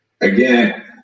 again